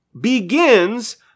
begins